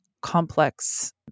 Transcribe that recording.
complex